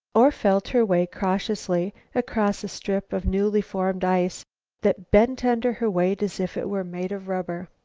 or felt her way cautiously across a strip of newly-formed ice that bent under her weight as if it were made of rubber.